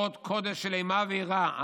הוד קודש של אימה ויראה,